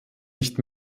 nicht